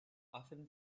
often